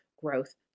growth